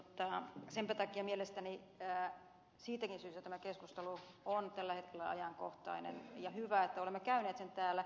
senpä takia mielestäni siitäkin syystä tämä keskustelu on tällä hetkellä ajankohtainen ja hyvä että olemme käyneet sen täällä